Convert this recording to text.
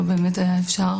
לא באמת היה אפשר,